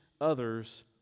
others